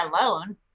alone